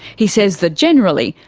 he says that, generally,